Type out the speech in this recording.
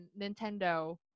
Nintendo